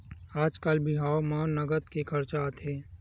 आजकाल बिहाव म नँगत के खरचा आथे